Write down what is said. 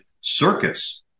circus